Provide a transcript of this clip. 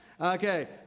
Okay